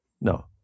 No